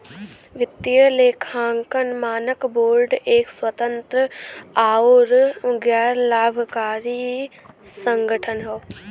वित्तीय लेखांकन मानक बोर्ड एक स्वतंत्र आउर गैर लाभकारी संगठन हौ